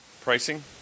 pricing